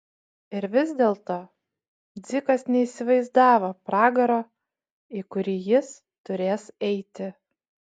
ir vis dėlto dzikas neįsivaizdavo pragaro į kurį jis turės eiti